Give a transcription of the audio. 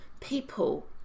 people